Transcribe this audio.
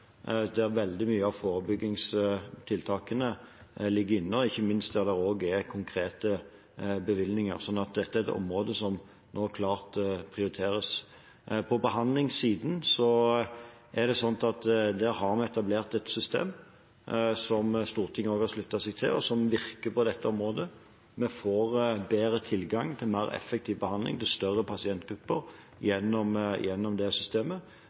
der veldig mye av forebyggingstiltakene ligger inne, og ikke minst der det også er konkrete bevilgninger. Så dette er et område som nå klart prioriteres. På behandlingssiden er det slik at vi har etablert et system som også Stortinget har sluttet seg til, og som virker. Vi får bedre tilgang til mer effektiv behandling til større pasientgrupper gjennom det systemet.